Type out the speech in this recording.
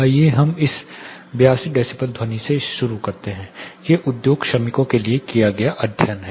आइए हम इस 82 डेसीबल ध्वनि से शुरू करते हैं ये उद्योग श्रमिकों के साथ किए गए अध्ययन हैं